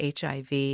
HIV